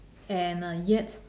and uh yet